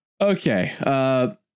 Okay